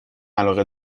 علاقه